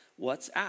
WhatsApp